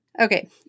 Okay